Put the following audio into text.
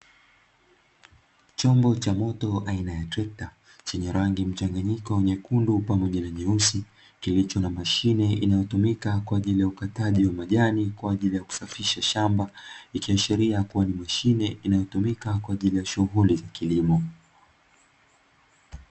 Chombo cha moto aina ya trekta, chenye rangi mchanganyiko nyekundu pamoja na nyeusi, kilicho na mashine inayotumima kwajili ya ukataji wa majani kwaajili ya kusafisha shamba, ikiashilia kuwa ni mashine inayotumika kwaajili shughuli za kilimo.